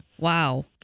Wow